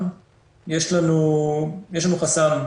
יש לנו חסם תקציבי.